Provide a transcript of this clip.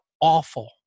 awful